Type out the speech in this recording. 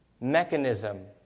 mechanism